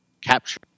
capture